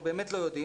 לימודים.